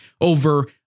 over